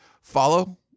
follow